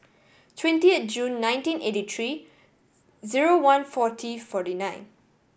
twentieth June nineteen eighty three zero one forty forty nine